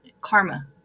karma